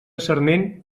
sarment